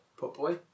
Potboy